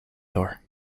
door